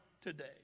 today